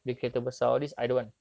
mm